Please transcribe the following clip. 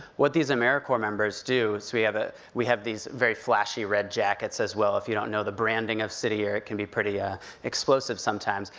what these americorps members do, is we have ah we have these very flashy red jackets as well, if you don't know the branding of city year can be pretty ah explosive sometimes.